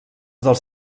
dels